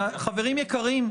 חברים יקרים,